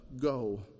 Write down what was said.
Go